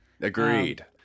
Agreed